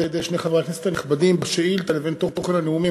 שני חברי הכנסת הנכבדים בשאילתה לבין תוכן הנאומים.